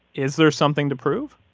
is there something to prove?